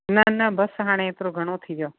न न बसि हाणे एतिरो घणो थी वियो